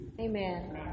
Amen